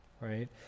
right